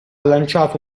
lanciato